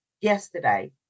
yesterday